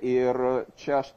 ir čia aš